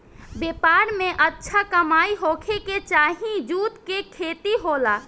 व्यापार में अच्छा कमाई होखे के चलते जूट के खेती होला